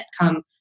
come